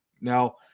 Now